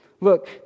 Look